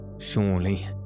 surely